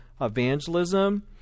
evangelism